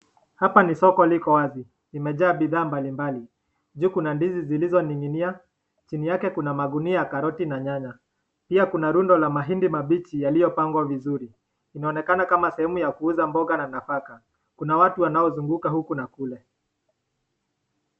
Hapa ni soko liko wazi. Limejaa bidhaa mbali mbali. Juu kuna ndizi zilizoninginia. Chini yake kuna magunia ya karoti na nyanya. Pia kuna rundo la mahindi mabichi yaliyopangwa vizuri. Inaonekana kama sehemu ya kuuza mboga na nafaka. Kuna watu wanaozunguka huku na kule